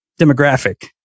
demographic